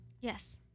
Yes